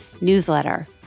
newsletter